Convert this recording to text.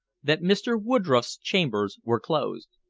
that mr. woodroffe's chambers were closed.